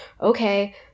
okay